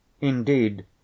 Indeed